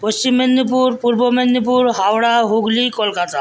Paschim Medinipur Purba Medinipur Howrah Hooghly Kolkata